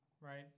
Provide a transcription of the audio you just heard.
right